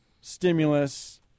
stimulus